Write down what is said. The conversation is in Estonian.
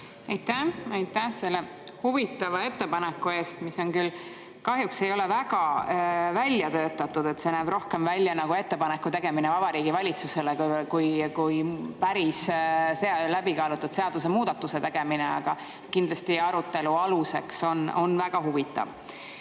Aitäh selle huvitava ettepaneku eest, mis küll kahjuks ei ole väga hästi välja töötatud. See näeb rohkem välja nagu ettepaneku tegemine Vabariigi Valitsusele kui päris läbikaalutud seadusemuudatuse tegemine. Aga arutelu aluseks on ta